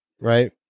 right